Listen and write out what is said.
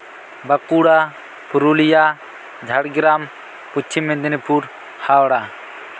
Bankura Purulia Jhargram Paschim Medinipur Howrah